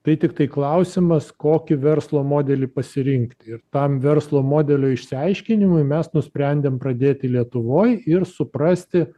tai tiktai klausimas kokį verslo modelį pasirinkti ir tam verslo modelio išsiaiškinimui mes nusprendėm pradėti lietuvoj ir suprasti